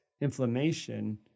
Inflammation